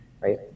Right